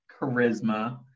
charisma